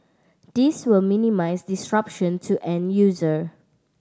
this will minimise disruption to end user